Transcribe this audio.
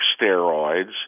steroids